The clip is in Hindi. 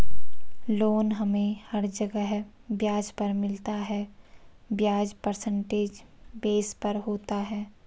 लोन हमे हर जगह ब्याज पर मिलता है ब्याज परसेंटेज बेस पर होता है